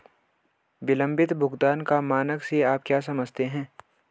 विलंबित भुगतान का मानक से आप क्या समझते हैं?